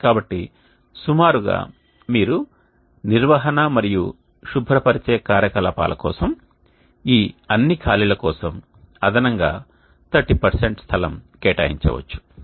కాబట్టి సుమారుగా మీరు నిర్వహణ మరియు శుభ్రపరిచే కార్యకలాపాల కోసం ఈ అన్ని ఖాళీల కోసం అదనంగా 30 కేటాయించవచ్చు